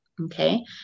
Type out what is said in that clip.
Okay